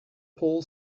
paul